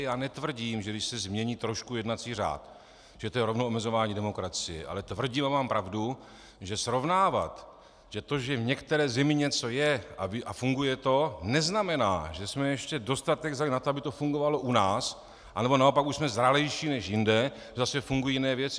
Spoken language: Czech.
Já netvrdím, že když se změní trošku jednací řád, že to je rovnou omezování demokracie, ale tvrdím a mám pravdu, že srovnávat, že to, že v některé zemi něco je a funguje to, neznamená, že jsme ještě dostatečně zralí na to, aby to fungovalo u nás, anebo naopak už jsme zralejší než jinde a zase fungují jiné věci.